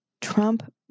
Trump